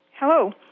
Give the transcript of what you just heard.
Hello